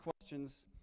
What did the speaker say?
questions